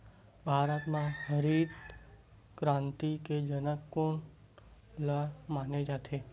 भारत मा हरित क्रांति के जनक कोन ला माने जाथे?